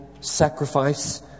sacrifice